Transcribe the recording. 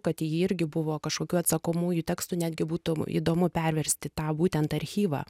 kad į jį irgi buvo kažkokių atsakomųjų tekstų netgi būtų įdomu perversti tą būtent archyvą